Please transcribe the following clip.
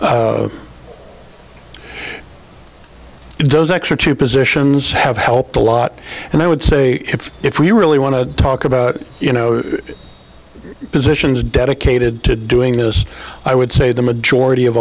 those extra two positions have helped a lot and i would say if if we really want to talk about you know positions dedicated to doing this i would say the majority of